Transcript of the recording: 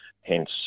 hence